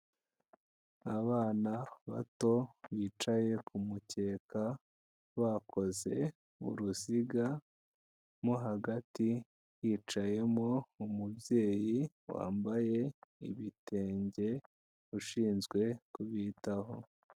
Abana bato bicaye ku mukeka bakoze uruziga, mo hagati hicayemo umubyeyi wambaye ibitenge ushinzwe kubitaho.